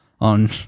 on